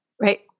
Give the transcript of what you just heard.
right